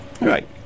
right